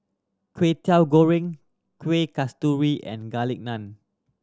Kway Teow Goreng Kuih Kasturi and Garlic Naan